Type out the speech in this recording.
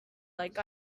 like